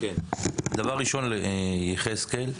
אני יחזקאל.